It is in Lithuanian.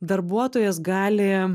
darbuotojas gali